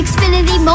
Xfinity